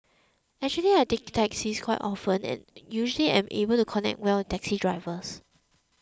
actually I take taxis quite often and usually am able to connect well taxi drivers